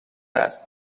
است